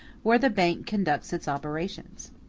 where the bank conducts its operations.